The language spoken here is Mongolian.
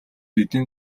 эдийн